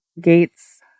gates